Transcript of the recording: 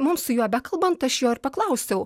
mums su juo bekalbant aš jo ir paklausiau